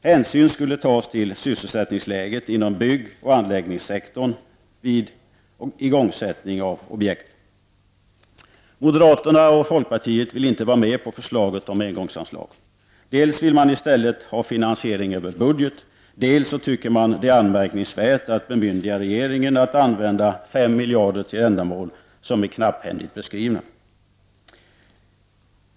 Hänsyn skulle tas till sysselsättningsläget inom byggoch anläggningssektorn vid igångsättning av objekt. Moderaterna och folkpartiet stöder inte förslaget om engångsanslag. De vill i stället ha finansiering över budget. De anser även att det är anmärkningsvärt att bemyndiga regeringen att använda 5 miljarder kronor till ändamål som är knapphändigt beskrivna.